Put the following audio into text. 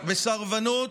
בסרבנות,